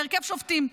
להרכב שופטים.